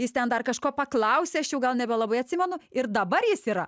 jis ten dar kažko paklausė aš jau gal nebelabai atsimenu ir dabar jis yra